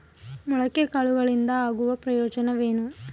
ಮೊಳಕೆ ಕಾಳುಗಳಿಂದ ಆಗುವ ಪ್ರಯೋಜನವೇನು?